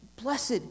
Blessed